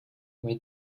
were